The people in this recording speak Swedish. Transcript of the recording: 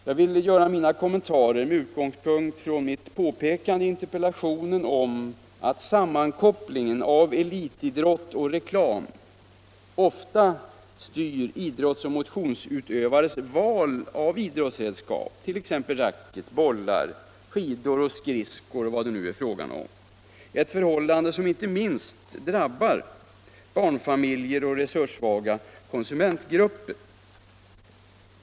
Jag vill göra min kommentar med utgångspunkt i mitt påpekande i interpellationen om att sammankopplingen av elitidrott och reklam ofta styrt idrottsoch motionsutövares val av idrottsredskap, t.ex. racket, bollar och skidor, ett förhållande som inte minst drabbar barnfamiljer och resurssvaga konsumentgrupper.